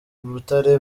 butare